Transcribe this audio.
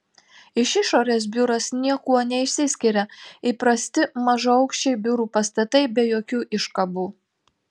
iš išorės biuras niekuo neišsiskiria įprasti mažaaukščiai biurų pastatai be jokių iškabų